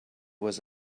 was